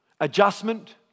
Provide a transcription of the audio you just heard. adjustment